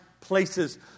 places